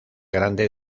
grande